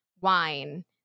wine